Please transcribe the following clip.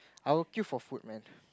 I will queue for food man